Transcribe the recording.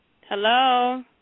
Hello